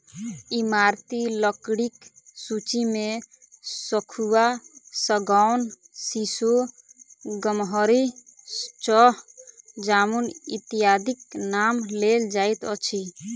ईमारती लकड़ीक सूची मे सखुआ, सागौन, सीसो, गमहरि, चह, जामुन इत्यादिक नाम लेल जाइत अछि